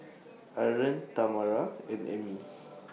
Arlen Tamara and Emmie